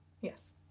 yes